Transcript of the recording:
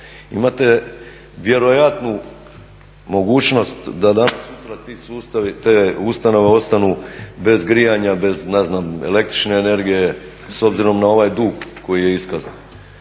imate vjerojatnu mogućnost da … sustavi, te ustanove ostanu bez grijanja, bez, ne znam, električne energije, s obzirom na ovaj dug koji je iskazan